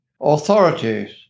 authorities